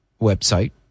website